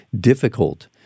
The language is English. difficult